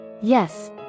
Yes